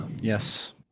Yes